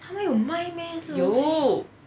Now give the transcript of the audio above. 他们有卖 meh 这种东西